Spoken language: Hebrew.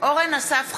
אורן אסף חזן,